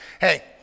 Hey